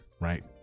right